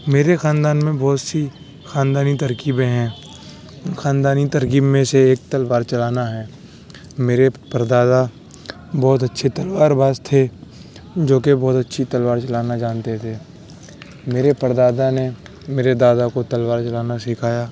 میرے خاندان میں بہت سی خاندانی ترکیبیں ہیں خاندانی ترکیب میں سے ایک تلوار چلانا ہے میرے پر دادا بہت اچھے تلوار باز تھے جو کہ بہت اچھی تلوار چلانا جانتے تھے میرے پر دادا نے میرے دادا کو تلوار چلانا سکھایا